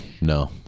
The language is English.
No